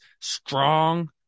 Strong